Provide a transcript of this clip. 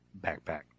backpack